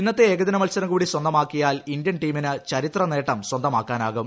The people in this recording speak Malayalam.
ഇന്നത്തെ ഏകദിന മത്സരം കൂടി സ്വന്തമാക്കിയാൽ ഇന്ത്യൻ ടീമിന് ചരിത്ര നേട്ടം സ്വന്തമാക്കാനാകും